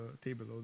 table